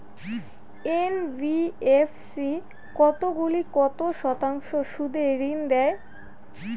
NBFC কতগুলি কত শতাংশ সুদে ঋন দেয়?